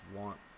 want